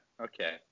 okay